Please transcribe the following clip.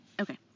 Okay